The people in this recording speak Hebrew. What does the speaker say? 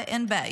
זה אין בעיה.